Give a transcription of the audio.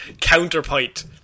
counterpoint